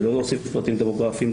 ולא להוסיף פרטים דמוגרפיים.